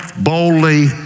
boldly